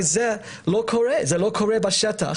לאור זה השבוע